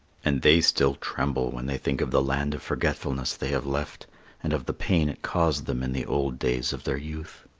and they still tremble when they think of the land of forgetfulness they have left and of the pain it caused them in the old days of their youth.